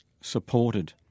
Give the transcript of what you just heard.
supported